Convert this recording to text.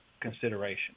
consideration